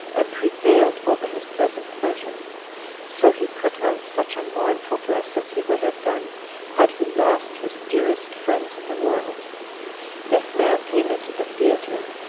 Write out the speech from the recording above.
and prevailed over his present pleasure so he put on such a mournful dress as he would have done had he lost his dearest friends in the world this man came into the theater,